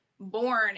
born